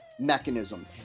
mechanism